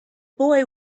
boy